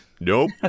Nope